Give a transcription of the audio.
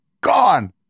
gone